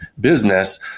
business